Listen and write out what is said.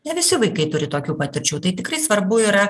ne visi vaikai turi tokių patirčių tai tikrai svarbu yra